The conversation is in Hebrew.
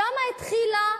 שם התחילה